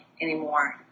anymore